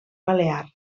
balear